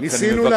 אני רק